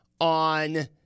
on